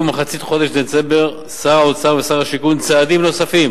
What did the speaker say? במחצית חודש דצמבר שר האוצר ושר השיכון צעדים נוספים